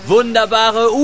Wunderbare